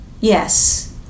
yes